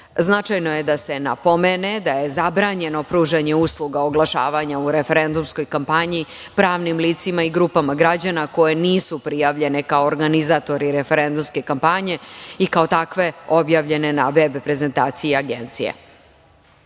Značajno je da se napomene da je zabranjeno pružanje usluga oglašavanja u referendumskoj kampanji pravnim licima i grupama građana koje nisu prijavljene kao organizatori referendumske kampanje, i kao takve objavljene na veb prezentaciji